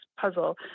puzzle